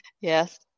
Yes